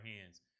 hands